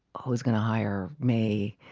who's going to hire me?